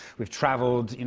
we've traveled, you